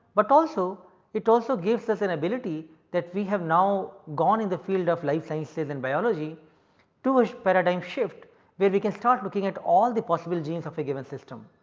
but also it also gives us an ability that we have now gone in the field of life sciences in biology to which paradigm shift where we can start looking at all the possible genes of a given system.